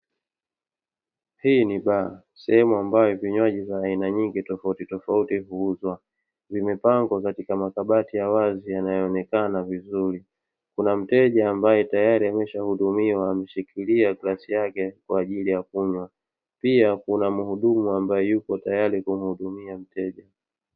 Hii ni baa, sehemu ambayo vinywaji vya aina nyingi tofautitofauti huuzwa, vimepangwa katika makabati ya wazi yanayoonekana vizuri, kuna mteja ambaye tayari ameshahudumiwa, ameshikilia glasi yake kwa ajili ya kunywa, pia kuna muhudumu ambaye yupo teyari kumhudumia mteja.